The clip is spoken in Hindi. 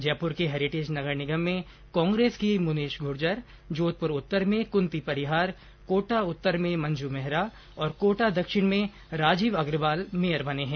जयपुर के हेरिटेज नगर निगम में कांग्रेस की मुनेश गुर्जर जोधपुर उत्तर में कृंती परिहार कोटा उत्तर में मंजू मेहरा और कोटा दक्षिण में राजीव अग्रवाल मेयर बने हैं